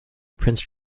prince